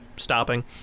stopping